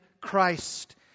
Christ